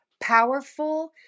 Powerful